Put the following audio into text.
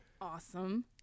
Awesome